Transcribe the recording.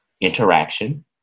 interaction